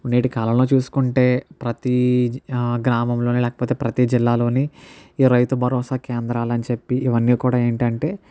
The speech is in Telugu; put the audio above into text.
నేటికాలంలో చూసుకుంటే ప్రతీ గ్రామంలో లేకపోతే ప్రతీ జిల్లాలోని ఈ రైతు బరోసా కేంద్రాలు అని చెప్పి ఇవన్నీ కూడా ఏంటంటే